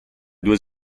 due